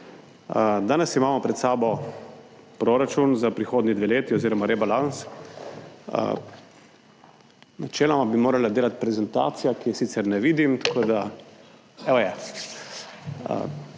Danes imamo pred sabo proračun za prihodnji dve leti oziroma rebalans. Načeloma bi morala delati prezentacija, ki je sicer ne vidim, tako da